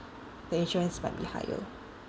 the insurance might be higher